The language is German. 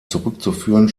zurückzuführen